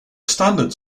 standards